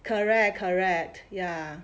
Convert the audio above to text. correct correct ya